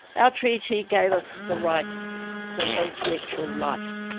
our treaty gave us the right to an intellectual life.